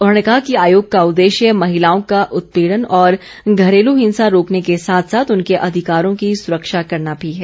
उन्होंने कहा कि आयोग का उद्देश्य महिलाओं का उत्पीड़न और घरेलू हिंसा रोकने के साथ साथ उनके अधिकारों की सुरक्षा करना भी है